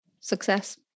success